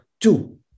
Two